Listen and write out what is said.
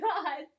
God